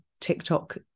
TikTok